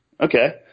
Okay